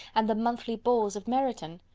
and the monthly balls of meryton!